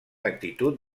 actitud